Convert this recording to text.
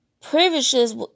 privileges